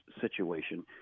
situation